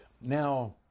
Now